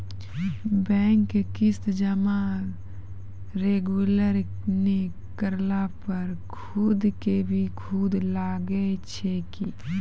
Bank के किस्त जमा रेगुलर नै करला पर सुद के भी सुद लागै छै कि?